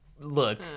look